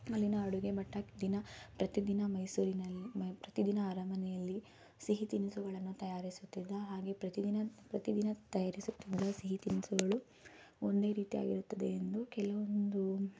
ಅಲ್ಲಿನ ಅಡುಗೆ ಭಟ್ಟ ದಿನ ಪ್ರತಿ ದಿನ ಮೈಸೂರಿನಲ್ಲಿ ಮೈ ಪ್ರತಿದಿನ ಅರಮನೆಯಲ್ಲಿ ಸಿಹಿ ತಿನಿಸುಗಳನ್ನು ತಯಾರಿಸುತ್ತಿದ್ದ ಹಾಗೆ ಪ್ರತಿದಿನ ಪ್ರತಿದಿನ ತಯಾರಿಸುತ್ತಿದ್ದ ಸಿಹಿ ತಿನಿಸುಗಳು ಒಂದೇ ರೀತಿಯಾಗಿರುತ್ತದೆ ಎಂದು ಕೆಲವೊಂದು